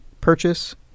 purchase